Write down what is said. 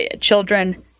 children